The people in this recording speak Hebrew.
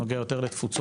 נוגע יותר לתפוצות,